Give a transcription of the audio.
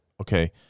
okay